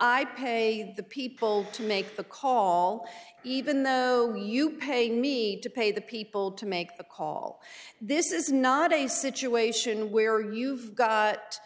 i pay the people to make the call even though you pay me to pay the people to make a call this is not a situation where you've got